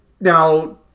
now